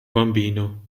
bambino